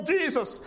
Jesus